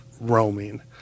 roaming